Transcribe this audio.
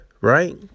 right